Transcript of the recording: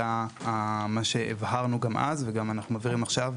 זה מה שהבהרנו אז, ואנחנו מבהירים גם עכשיו.